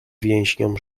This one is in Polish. więźniom